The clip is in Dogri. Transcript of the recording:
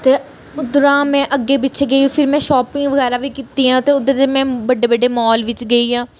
ते उद्धरा मै अग्गें पिच्छें गेई फिर मै शॉपिंग बगैर बी कीती ते उद्धर दे में बड्डे बड्डे माल बिच्च गेई आं